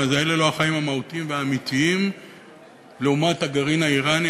אלה לא החיים המהותיים והאמיתיים לעומת הגרעין האיראני.